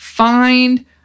Find